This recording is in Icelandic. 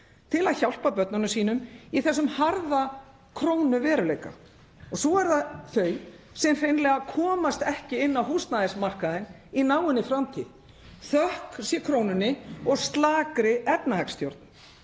til að hjálpa börnunum sínum í þessum harða krónuveruleika. Og svo eru það þau sem hreinlega komast ekki inn á húsnæðismarkaðinn í náinni framtíð, þökk sé krónunni og slakri efnahagsstjórn.